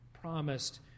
promised